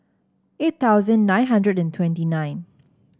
eight thousand nine hundred twenty nine